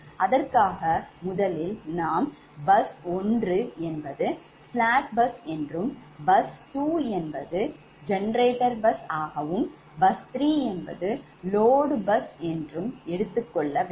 அதற்காக முதலில் நாம் Bus 1 என்பது slack bus என்றும் bus 2 என்பது geneartor bus ஆகவும் bus 3 என்பது load bus என்றும் எடுத்துக் கொள்ள வேண்டும்